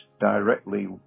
directly